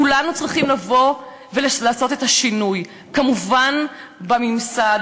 כולנו צריכים לבוא ולעשות את השינוי כמובן בממסד,